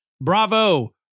bravo